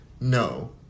No